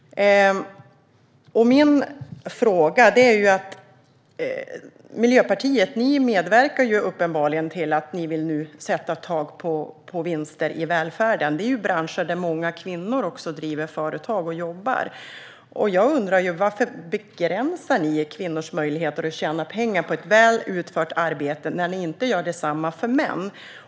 Miljöpartiet medverkar uppenbarligen till att sätta tak på vinster i välfärden. Välfärden omfattar ju branscher där många kvinnor driver företag och jobbar. Jag undrar varför ni begränsar kvinnors möjligheter att tjäna pengar på ett väl utfört arbete när ni inte gör detsamma gentemot män.